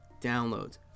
downloads